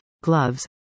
gloves